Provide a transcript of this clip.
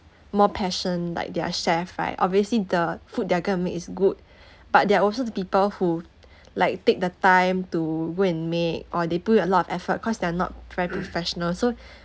more passion like they're chef right obviously the food they're going to make is good but there also the people who like take the time to go and make or they put in a lot of effort cause they're not very professional so